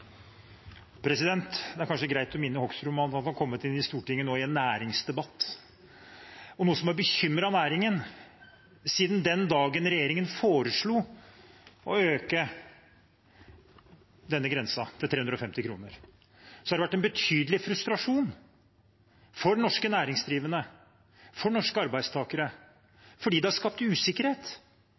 inn i Stortinget nå i en næringsdebatt. Siden den dagen regjeringen foreslo å øke denne grensen til 350 kr, har det vært en betydelig bekymring og frustrasjon hos norske næringsdrivende og norske arbeidstakere, fordi det er skapt usikkerhet.